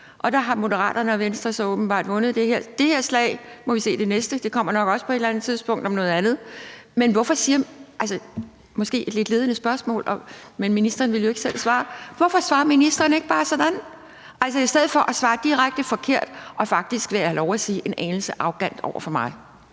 Der har Moderaterne og Venstre så åbenbart vundet det her slag. Så må vi se det næste. Det kommer nok også på et eller andet tidspunkt om noget andet. Så har jeg måske et lidt ledende spørgsmål, men ministeren vil jo ikke selv svare: Hvorfor svarer ministeren ikke bare sådan? I stedet svarer man direkte forkert og faktisk en anelse arrogant over for mig,